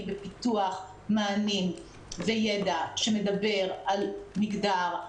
בפיתוח מענים ויֶדַע שמדבר על מגדר,